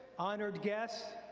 honored guests,